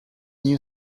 new